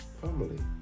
Family